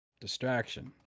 Distraction